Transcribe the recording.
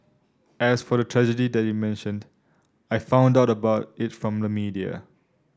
as for the tragedy that you mentioned I found out about it from the media